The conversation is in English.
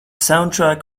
soundtrack